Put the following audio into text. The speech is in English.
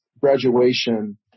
graduation